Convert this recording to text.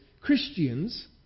Christians